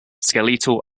skeletal